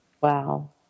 Wow